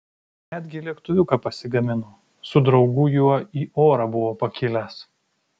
netgi lėktuviuką pasigamino su draugu juo į orą buvo pakilęs